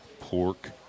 pork